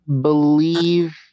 believe